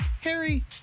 Harry